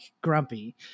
grumpy